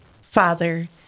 Father